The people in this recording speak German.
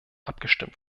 abgestimmt